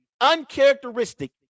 uncharacteristic